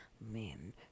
men